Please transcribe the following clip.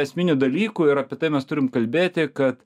esminių dalykų ir apie tai mes turim kalbėti kad